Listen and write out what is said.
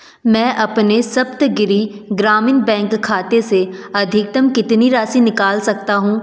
मैं अपने सप्तगिरि ग्रामीण बैंक खाते से अधिकतम कितनी राशि निकाल सकता हूँ